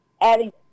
adding